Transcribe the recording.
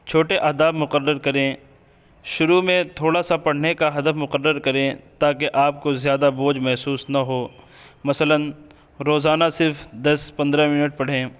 چھوٹے اہداف مقرر کریں شروع میں تھوڑا سا پڑھنے کا ہدف مقرر کریں تا کہ آپ کو زیادہ بوجھ محسوس نہ ہو مثلاً روزانہ صرف دس پندرہ منٹ پڑھیں